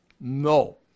No